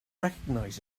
recognize